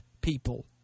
people